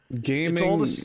gaming